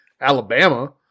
Alabama